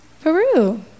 Peru